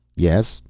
yes,